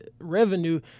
revenue